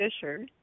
Fisher